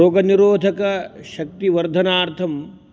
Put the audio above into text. रोगनिरोधकशक्तिवर्धनार्थम्